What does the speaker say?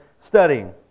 studying